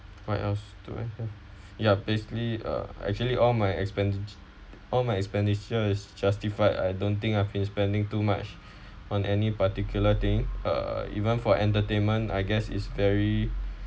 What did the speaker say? what else do I ya basically uh actually all my expense all my expenditure is justified I don't think I've been spending too much on any particular thing uh even for entertainment I guess is very